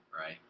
right